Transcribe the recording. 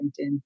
LinkedIn